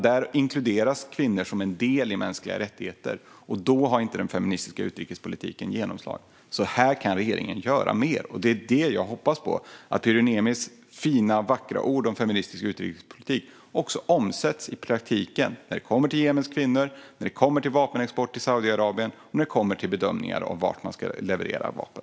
Där inkluderas kvinnor som en del i mänskliga rättigheter, och då har inte den feministiska utrikespolitiken genomslag. Här kan regeringen göra mer, och det är det jag hoppas på. Jag hoppas att Pyry Niemis fina och vackra ord om feministisk utrikespolitik också omsätts i praktiken när det kommer till Jemens kvinnor, när det kommer till vapenexport till Saudiarabien och när det kommer till bedömningar av vart man ska leverera vapen.